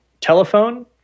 telephone